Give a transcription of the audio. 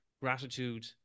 gratitude